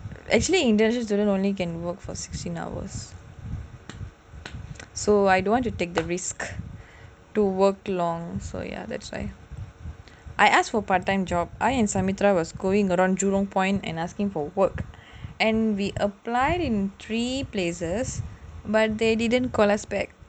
actually international students only can work for sixteen hours so I don't want to take the risk to work long so ya that's why I ask for part time job I and sumatra was going around jurong point and asking for work and we applied in three places but they didn't call us back